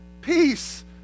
peace